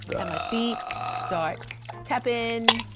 and my feet start tappin'.